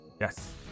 Yes